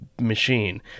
machine